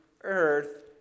Earth